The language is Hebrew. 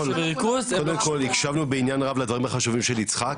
קודם כל הקשבנו בעניין רב לדברים החשובים של יצחק,